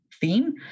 theme